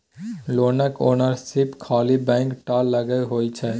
लोनक ओनरशिप खाली बैंके टा लग होइ छै